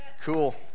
Cool